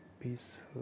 peaceful